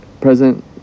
present